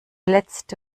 letzte